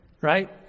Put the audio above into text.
Right